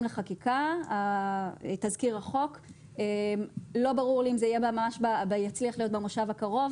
לחקיקה לא ברור לי אם זה יצליח להיות במושב הקרוב,